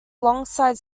alongside